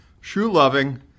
shoe-loving